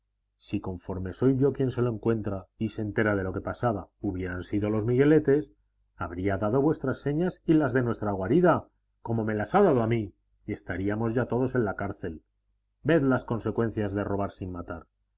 si conforme soy yo quien se lo encuentra y se entera de lo que pasaba hubieran sido los migueletes habría dado vuestras señas y las de nuestra guarida como me las ha dado a mí y estaríamos ya todos en la cárcel ved las consecuencias de robar sin matar